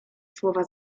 słowa